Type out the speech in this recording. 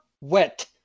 wet